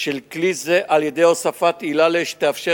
של כלי זה על-ידי הוספת עילה שתאפשר